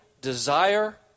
desire